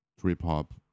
trip-hop